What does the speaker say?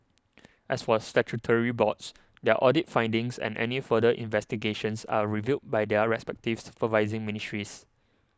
as for statutory boards their audit findings and any further investigations are reviewed by their respective supervising ministries